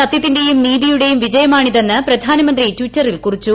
സത്യത്തിന്റെയും നീതിയുടെയും വിജയമാണിതെന്ന് പ്രധാനമന്ത്രി ടിറ്ററിൽ കുറിച്ചു